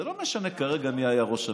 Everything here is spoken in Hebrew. זה לא משנה כרגע מי היה ראש הממשלה.